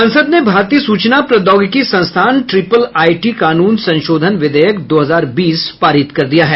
संसद ने भारतीय सूचना प्रौद्योगिकी संस्थान ट्रिपल आईटी कानून संशोधन विधेयक दो हजार बीस पारित कर दिया है